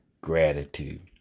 gratitude